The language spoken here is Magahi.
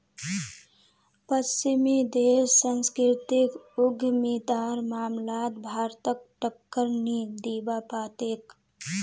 पश्चिमी देश सांस्कृतिक उद्यमितार मामलात भारतक टक्कर नी दीबा पा तेक